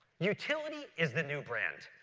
utility is the new brand.